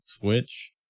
Twitch